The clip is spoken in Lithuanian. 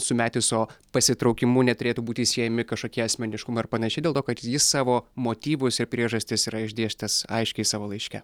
su metiso pasitraukimu neturėtų būti siejami kažkokie asmeniškumai ar panašiai dėl to kad jis savo motyvus ir priežastis yra išdėstęs aiškiai savo laiške